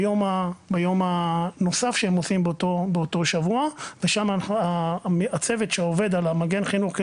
ביום הנוסף שהם עושים באותו שבוע ושם הצוות שעובד על מגן החינוך,